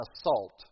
assault